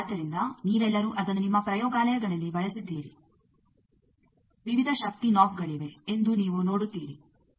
ಆದ್ದರಿಂದ ನೀವೆಲ್ಲರೂ ಅದನ್ನು ನಿಮ್ಮ ಪ್ರಯೋಗಾಲಯಗಳಲ್ಲಿ ಬಳಸಿದ್ದೀರಿ ವಿವಿಧ ಶಕ್ತಿ ನಾಬಗಳಿವೆ ಎಂದು ನೀವು ನೋಡುತ್ತೀರಿ